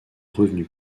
revenu